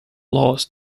loss